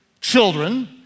children